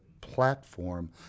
platform